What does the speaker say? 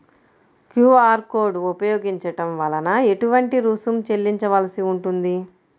QR code ఉపయోగించటం వలన ఏటువంటి రుసుం చెల్లించవలసి ఉంటుంది?